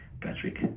patrick